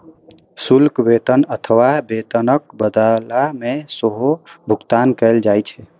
शुल्क वेतन अथवा वेतनक बदला मे सेहो भुगतान कैल जाइ छै